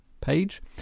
page